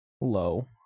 low